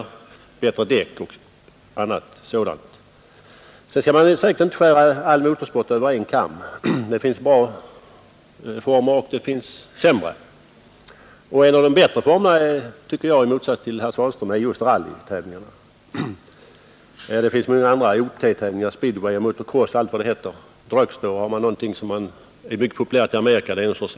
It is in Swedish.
En annan sak är bättre däck, och det finns mycket annat. Man skall heller inte skära all motorsport över en kam, det finns bra former och det finns sämre. En av de bättre tycker jag, i motsats till herr Svanström, är rallytävlingarna. Det finns andra som också är bra, speedway, motocross och dragster. Det senare är ett slags accelerationstävlingar som är mycket populära i Amerika.